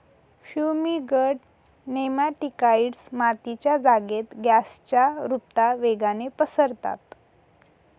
fumigant nematicides मातीच्या जागेत गॅसच्या रुपता वेगाने पसरतात